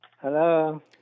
Hello